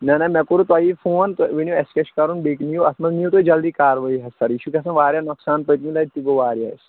نہ نہ مےٚ کوٚرو تۄہی فون تُہۍ ؤنِو اَسہِ کیٛاہ چھُ کَرُن بیٚکہِ نِیِو اَتھ منٛز نِیِو تُہۍ جلدٕے کاروٲیی حظ سَر یہِ چھُ گژھان واریاہ نۄقصان پٔتمہِ لٹہِ تہِ گوٚو واریاہ أسۍ